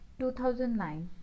2009